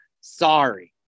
sorry